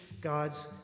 God's